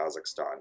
Kazakhstan